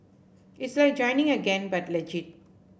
it's like joining a gang but legit